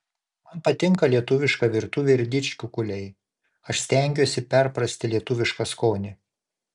man patinka lietuviška virtuvė ir didžkukuliai aš stengiuosi perprasti lietuvišką skonį